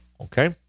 Okay